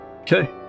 Okay